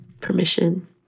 permission